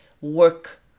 work